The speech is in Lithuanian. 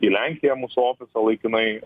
į lenkiją mūsų ofisą laikinai